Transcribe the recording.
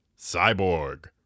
Cyborg